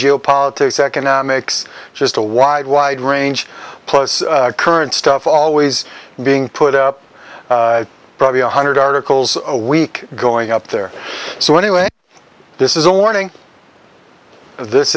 geopolitics economics just a wide wide range plus current stuff always being put up probably one hundred articles a week going up there so anyway this is a